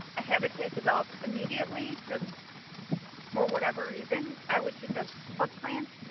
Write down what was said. habitat developed immediately, for for whatever reason, i would suggest plug plants.